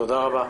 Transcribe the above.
תודה רבה.